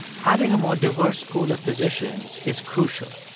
having a more diverse pool of physicians is crucial.